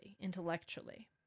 intellectually